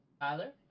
Tyler